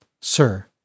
Sir